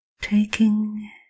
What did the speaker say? Taking